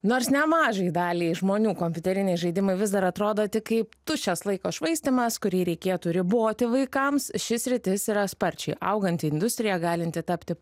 nors nemažai daliai žmonių kompiuteriniai žaidimai vis dar atrodo tik kaip tuščias laiko švaistymas kurį reikėtų riboti vaikams ši sritis yra sparčiai auganti industrija galinti tapti